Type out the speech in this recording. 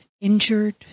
injured